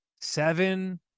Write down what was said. Seven